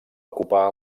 ocupar